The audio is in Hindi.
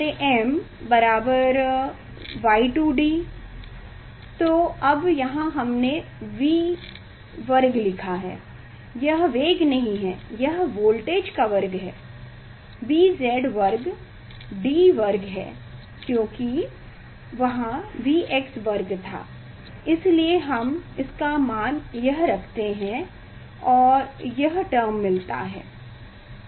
qm बराबर Y2 D अब यहाँ हमने V वर्ग लिखा है यह वेग नहीं है यह वोल्टेज का वर्ग है B z वर्ग D वर्ग है क्योंकि वहाँ Vx वर्ग था इसलिए हम इसका मान यह रखते हैं और यह टर्म मिलता है